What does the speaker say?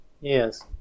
Yes